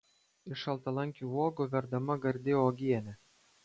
iš šaltalankių uogų verdama gardi uogienė